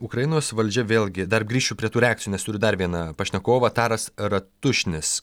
ukrainos valdžia vėlgi dar grįšiu prie tų reakcines ir dar vieną pašnekovą taras ratušnis